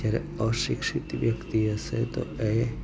ત્યારે અશિક્ષિત વ્યક્તિ હશે તો એ